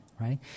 right